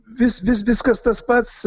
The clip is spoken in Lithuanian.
vis vis viskas tas pats